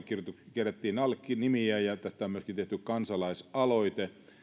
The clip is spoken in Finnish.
kerättiin alle nimiäkin ja tästä on tehty myöskin kansalaisaloite